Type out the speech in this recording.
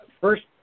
First